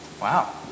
Wow